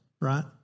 right